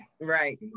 Right